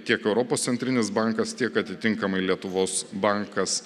tiek europos centrinis bankas tiek atitinkamai lietuvos bankas